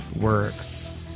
works